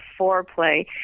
foreplay